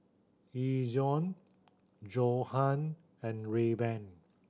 Ezion Johan and Rayban